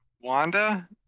wanda